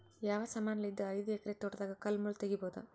ಯಾವ ಸಮಾನಲಿದ್ದ ಐದು ಎಕರ ತೋಟದಾಗ ಕಲ್ ಮುಳ್ ತಗಿಬೊದ?